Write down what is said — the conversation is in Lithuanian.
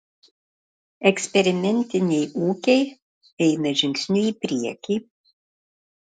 eksperimentiniai ūkiai eina žingsniu į priekį